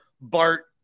Bart